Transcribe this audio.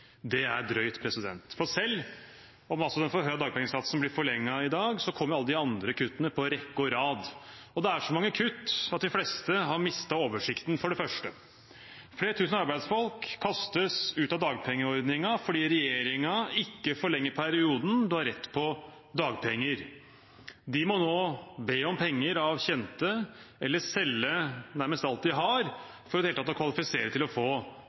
Det er drøyt. For selv om altså den forhøyede dagpengesatsen blir forlenget i dag, kommer alle de andre kuttene på rekke og rad. Det er så mange kutt at de fleste har mistet oversikten. For det første: Flere tusen arbeidsfolk kastes ut av dagpengeordningen fordi regjeringen ikke forlenger perioden man har rett på dagpenger. De må nå be om penger av kjente eller selge nærmest alt de har for i det hele tatt å kvalifisere til å få